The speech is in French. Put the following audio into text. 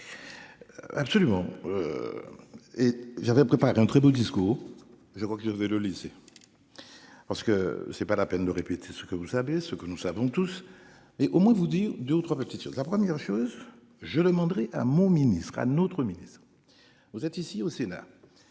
Absolument. Et j'avais préparé un très beau discours. Je crois que je vais le laisser. Parce que c'est pas la peine de répéter ce que vous savez ce que nous savons tous et au moins vous dire 2 ou 3 petites choses, la première chose. Je demanderai à mon ministre à notre ministre. Vous êtes ici au Sénat.